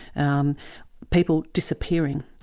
um people disappearing.